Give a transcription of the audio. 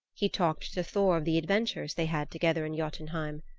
he talked to thor of the adventures they had together in jotunheim.